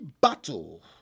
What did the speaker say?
battle